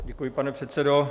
Děkuji, pane předsedo.